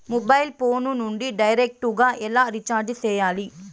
mobile phone నుండి direct గా ఎలా రీచార్జి సేయాలి